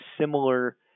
similar